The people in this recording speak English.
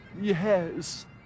Yes